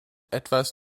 etwas